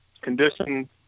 condition